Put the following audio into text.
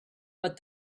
but